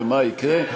ומה יקרה?